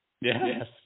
yes